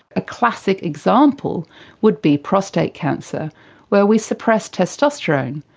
a classic example would be prostate cancer where we suppress testosterone,